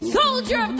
soldier